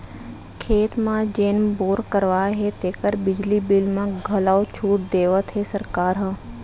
खेत म जेन बोर करवाए हे तेकर बिजली बिल म घलौ छूट देवत हे सरकार ह